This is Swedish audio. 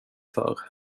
förr